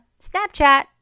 Snapchat